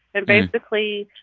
and, basically,